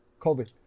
COVID